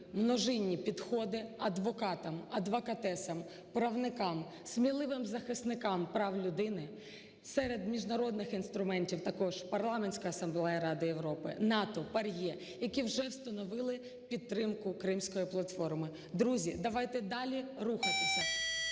множинні підходи адвокатам, адвокатесам, правникам, сміливим захисникам прав людини, серед міжнародних інструментів також, Парламентська Асамблея Ради Європи, НАТО, ПАРЄ, які вже встановили підтримку Кримської платформи. Друзі, давайте далі рухатися